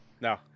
No